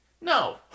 no